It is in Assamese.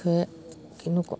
কিনো কম